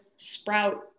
sprout